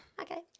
Okay